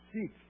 seek